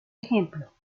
ejemplo